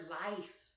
life